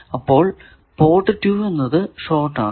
അപ്പോൾ പോർട്ട് 2 എന്നത് ഷോർട് ആണ്